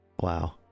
wow